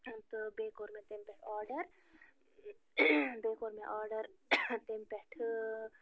تہٕ بیٚیہِ کوٚر مےٚ تَمہِ پٮ۪ٹھ آرڈر بیٚیہِ کوٚر مےٚ آرڈر تَمہِ پٮ۪ٹھٕ